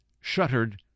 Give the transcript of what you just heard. shuttered